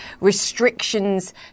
restrictions